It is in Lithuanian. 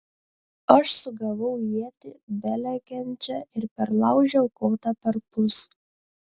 aš sugavau ietį belekiančią ir perlaužiau kotą perpus